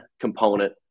component